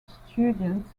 students